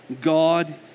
God